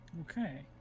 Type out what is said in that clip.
Okay